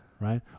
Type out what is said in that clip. right